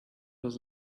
was